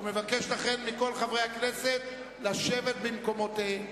ואני מבקש מכל חברי הכנסת לשבת במקומותיהם.